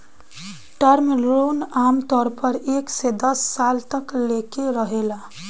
term loan आमतौर पर एक से दस साल तक लेके रहेला